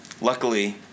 luckily